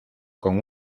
con